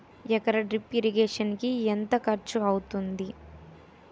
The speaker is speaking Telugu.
ఎకర డ్రిప్ ఇరిగేషన్ కి ఎంత ఖర్చు అవుతుంది?